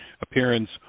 appearance